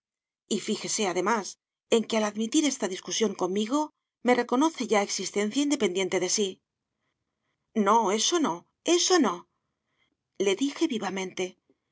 fíjese además en que al admitir esta discusión conmigo me reconoce ya existencia independiente de sí no eso no eso no le dije vivamente